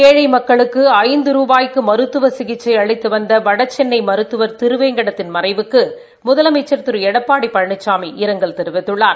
ஏழை மக்களுக்கு ஐந்து ரூபாய்க்கு மருத்துவ சிகிச்சை அளித்து வந்த வடசென்னை மருத்துவர் திருவேங்கடத்தின் மறைவுக்கு முதலமைச்ச் திரு எடப்பாடி பழனிசாமி இரங்கல் தெரிவித்துள்ளார்